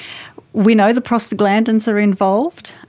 we know the prostaglandins are involved,